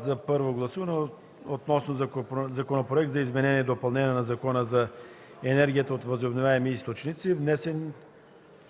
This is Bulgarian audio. за първо гласуване относно Законопроект за допълнение на Закона за енергията от възобновяеми източници, внесен